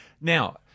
Now